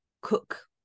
cook